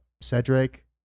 Cedric